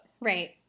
right